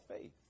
faith